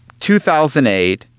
2008